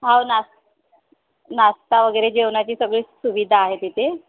हो नाश् नाश्ता वगैरे जेवणाची सगळी सुविधा आहे तिथे